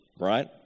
right